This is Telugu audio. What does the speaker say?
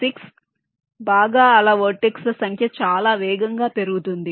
3 4 5 6 బాగా అలా వెర్టెక్స్ ల సంఖ్య చాలా వేగంగా పెరుగుతుంది